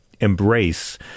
embrace